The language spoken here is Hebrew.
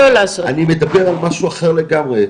אני מדבר על משהו אחר לגמרי,